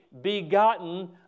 begotten